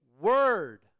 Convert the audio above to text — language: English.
word